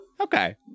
Okay